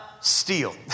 steal